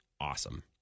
awesome